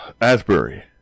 Asbury